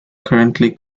currently